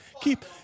keep